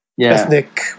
ethnic